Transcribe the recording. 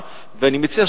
נוספת.